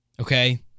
Okay